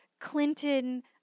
Clinton